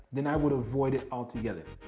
then i would avoid it altogether.